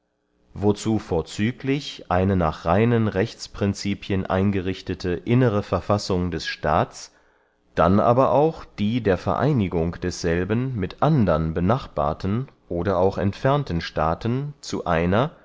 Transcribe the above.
wozu vorzüglich eine nach reinen rechtsprincipien eingerichtete innere verfassung des staats dann aber auch die der vereinigung desselben mit andern benachbarten oder auch entfernten staaten zu einer